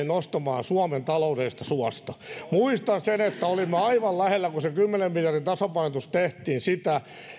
nostamaan suomen taloudellisesta suosta muistan sen että olimme aivan lähellä kun se kymmenen miljardin tasapainotus tehtiin sitä